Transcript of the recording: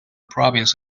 province